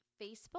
Facebook